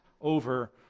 over